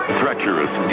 treacherous